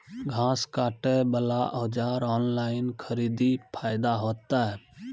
घास काटे बला औजार ऑनलाइन खरीदी फायदा होता?